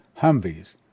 Humvees